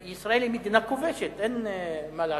וישראל היא מדינה כובשת, אין מה לעשות.